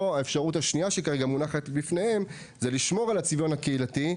או האפשרות השנייה שכרגע מונחת בפניהם היא לשמור על הצביון הקהילתי,